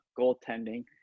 goaltending